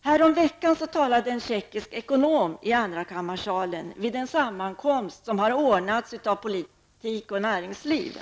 Häromveckan talade en tjeckisk ekonom i andrakammarsalen vid en sammankomst ordnad av Sällskapet Politik och näringsliv.